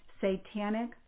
satanic